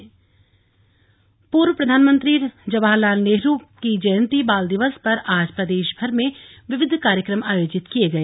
मातृ शक्ति बाल दिवस पूर्व प्रधानमंत्री जवाहरलाल नेहरू की जयंती बाल दिवस पर आज प्रदेशभर में विविध कार्यक्रम आयोजित किये गए